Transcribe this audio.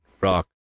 rock